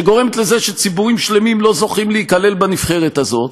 שגורמת לזה שציבורים שלמים לא זוכים להיכלל בנבחרת הזאת.